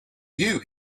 you